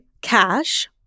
cash